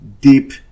deep